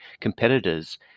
competitors